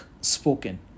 spoken